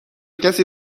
کسی